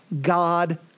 God